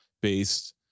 based